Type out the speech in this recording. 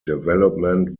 development